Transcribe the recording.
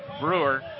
Brewer